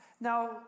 Now